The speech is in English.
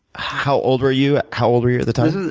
how old were you how old were you at the time?